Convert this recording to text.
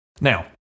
Now